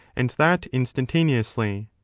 and that instantaneously.